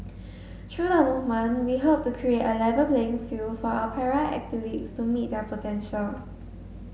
through the movement we hope to create A Level playing field for our para athletes to meet their potential